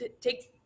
take